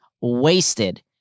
Wasted